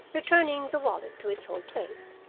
returning the wallet to its old place.